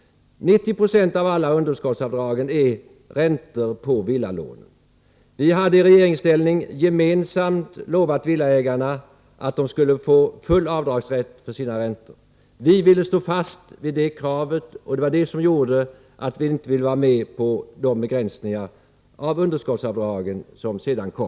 90976 av alla underskottsavdrag är räntor på villalån. Vi hade i regeringsställning gemensamt lovat villaägarna att de skulle få full avdragsrätt för sina räntor. Vi ville stå fast vid det löftet. Det var det som gjorde att vi inte ville vara med på de begränsningar av underskottsavdragen som sedan kom.